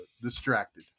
distracted